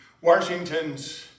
Washington's